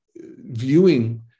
viewing